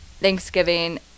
Thanksgiving